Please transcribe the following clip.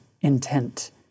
intent